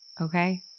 Okay